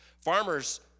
farmers